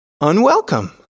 unwelcome